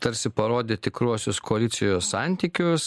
tarsi parodė tikruosius koalicijos santykius